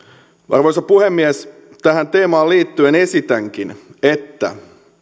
arvoisa puhemies tähän teemaan liittyen esitänkin että